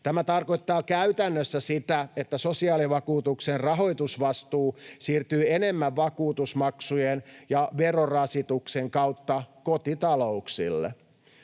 Tämä tarkoittaa käytännössä sitä, että sosiaalivakuutuksen rahoitusvastuu siirtyy enemmän vakuutusmaksujen ja verorasituksen kautta kotitalouksille.